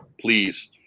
please